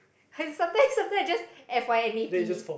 and sometimes sometimes I just F_Y_N_A_P